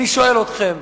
אני שואל אתכם.